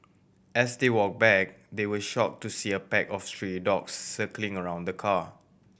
as they walk back they were shock to see a pack of stray dogs circling around the car